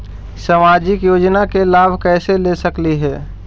सामाजिक योजना के लाभ कैसे ले सकली हे?